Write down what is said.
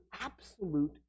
absolute